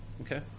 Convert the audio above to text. Okay